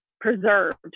preserved